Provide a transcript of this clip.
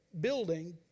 building